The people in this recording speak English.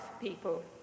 people